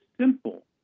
simple